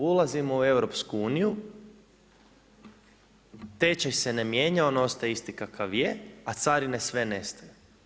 Ulazimo u EU, tečaj se ne mijenja, on ostaje isti kakav je a carine sve nestaju.